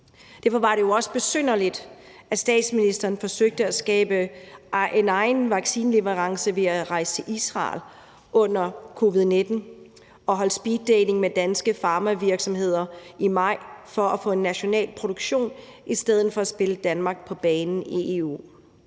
Derfor var det jo også besynderligt, at statsministeren forsøgte at skabe en egen vaccineleverance ved at rejse til Israel under covid-19 og holde speeddating med danske farmavirksomheder i maj for at få en national produktion i stedet for at spille Danmark på banen i EU.